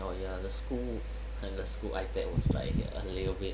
oh ya the school the school ipad was like a little bit